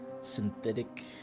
Synthetic